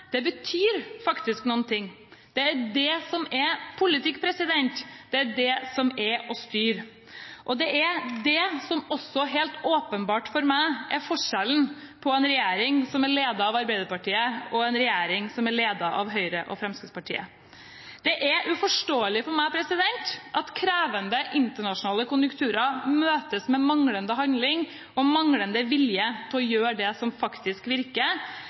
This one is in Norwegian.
betyr faktisk noe. Det er det som er politikk, det er det som er å styre, og det er det som også helt åpenbart for meg er forskjellen på en regjering som er ledet av Arbeiderpartiet, og en regjering som er ledet av Høyre og Fremskrittspartiet. Det er uforståelig for meg at krevende internasjonale konjunkturer møtes med manglende handling og manglende vilje til å gjøre det som faktisk virker,